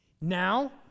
Now